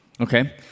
Okay